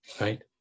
Right